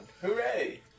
Hooray